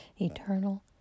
eternal